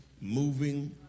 moving